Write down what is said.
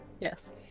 Yes